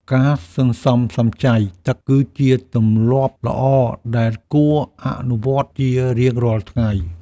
ការសន្សំសំចៃទឹកគឺជាទម្លាប់ល្អដែលគួរអនុវត្តជារៀងរាល់ថ្ងៃ។